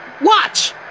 Watch